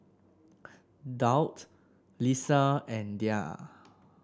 Daud Lisa and Dhia